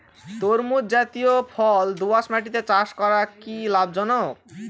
তরমুজ জাতিয় ফল দোঁয়াশ মাটিতে চাষ করা কি লাভজনক?